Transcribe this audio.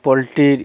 পোলট্রির